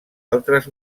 altres